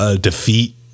defeat